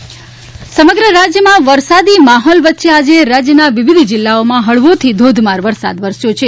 વરસાદ સમગ્ર રાજ્યમાં વરસાદી માહોલ વચ્ચે આજે રાજ્યનાં વિવિધ જિલ્લામાં હળવોથી ધોધમાર વરસાદ વરસ્યો છે